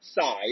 side